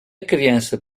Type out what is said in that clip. criança